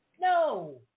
No